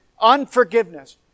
Unforgiveness